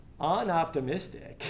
unoptimistic